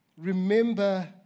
Remember